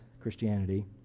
Christianity